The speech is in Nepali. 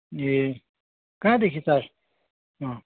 ए कहाँदेखि चा अँ